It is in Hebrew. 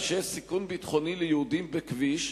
שמכיוון שיש סיכון ביטחוני ליהודים בכביש,